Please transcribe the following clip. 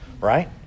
Right